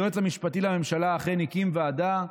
היועץ המשפטי לממשלה אכן הקים ועדה,